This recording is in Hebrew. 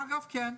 אגב כן.